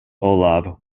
olav